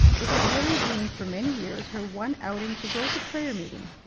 it had really been for many years her one outing to go to prayer meeting.